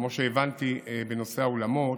כמו שהבנתי, בנושא האולמות,